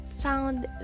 found